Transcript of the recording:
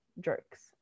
jerks